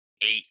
eight